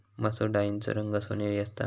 मसुर डाळीचो रंग सोनेरी असता